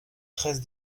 treize